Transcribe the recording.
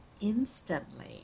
instantly